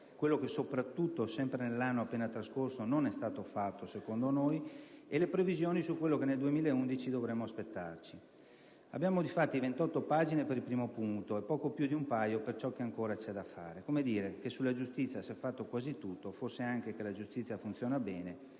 quello che, sempre nell'anno appena trascorso, non è stato fatto, e le previsioni su quello che nel 2011 dovremo aspettarci. Abbiamo difatti 28 pagine per il primo punto e poco più di un paio per ciò che ancora c'è da fare. Come dire che sulla giustizia s'è fatto quasi tutto, forse anche che la giustizia funziona bene,